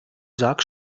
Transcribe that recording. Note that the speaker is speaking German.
sag